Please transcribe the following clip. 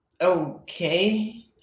Okay